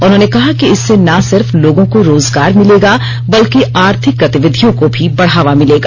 उन्होंने कहा कि इससे ना सिर्फ लोगों को रोजगार मिलेगा बल्कि आर्थिक गतिविधियों को भी बढ़ावा मिलेगा